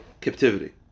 captivity